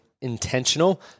intentional